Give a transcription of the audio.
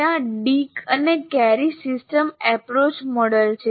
ત્યાં ડિક અને Carey systems approach model છે